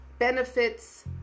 benefits